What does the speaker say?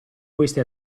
queste